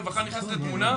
הרווחה נכנסת לתמונה.